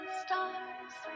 stars